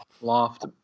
Loft